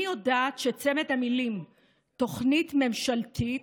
אני יודעת שצמד המילים "תוכנית ממשלתית"